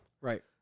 Right